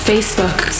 Facebook